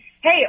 hey